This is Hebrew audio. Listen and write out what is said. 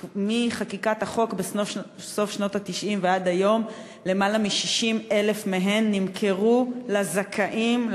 שמחקיקת החוק בסוף שנות ה-90 ועד היום למעלה מ-60,000 מהן נמכרו לזכאים,